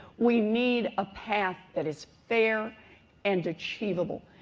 we need a path that is fair and achievable.